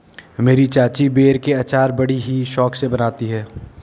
मेरी चाची बेर के अचार बड़ी ही शौक से बनाती है